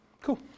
cool